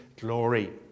glory